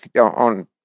on